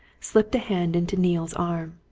slipped a hand into neale's arm.